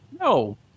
No